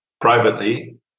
privately